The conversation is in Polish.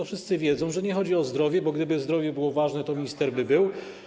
Wszyscy wiedzą, że nie chodzi o zdrowie, bo gdyby zdrowie było ważne, toby minister był.